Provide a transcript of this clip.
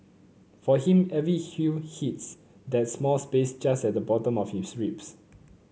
for him every hue hits that small space just at the bottom of his ribs